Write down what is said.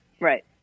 Right